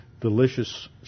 delicious